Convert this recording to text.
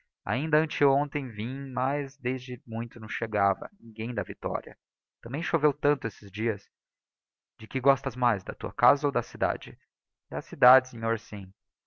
ainda ante hontem vim mas desde muito não chegava ninguém da victoria tam bem choveu tanto estes dias de que gostas mais da taa casa ou da cidade da cidade nhor sim